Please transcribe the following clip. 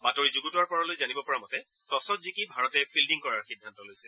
বাতৰি যুগুতোৱাৰ পৰলৈ জানিব পৰা মতে টছত জিকি ভাৰতে ফিল্ডিং কৰাৰ সিদ্ধান্ত লৈছে